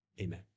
amen